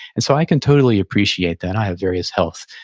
and so i can totally appreciate that. i have various health,